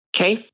Okay